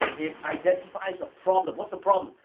it identifies a problem. what's the problem?